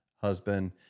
husband